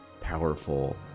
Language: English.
powerful